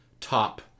top